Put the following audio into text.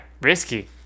risky